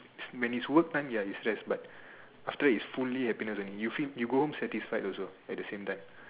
when it's work time ya you stress but after that is fully happiness only you go home satisfied also at the same time